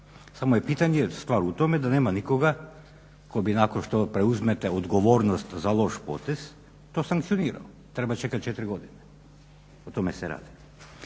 samo je pitanje, stvar je u tome da nema nikoga tko bi nakon što preuzmete odgovornost za loš potez to sankcionirao. Treba čekati četiri godine, o tome se radi.